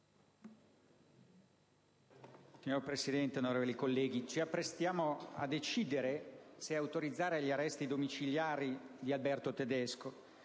Signor Presidente, onorevoli colleghi, ci apprestiamo a decidere se autorizzare gli arresti domiciliari di Alberto Tedesco,